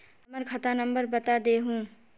हमर खाता नंबर बता देहु?